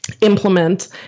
implement